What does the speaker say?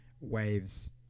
Waves